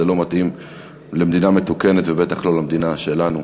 זה לא מתאים למדינה מתוקנת ובטח לא למדינה שלנו.